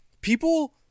people